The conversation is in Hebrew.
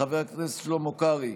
חבר הכנסת שלמה קרעי,